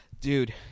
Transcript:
dude